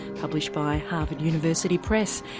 published by harvard university press.